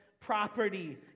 property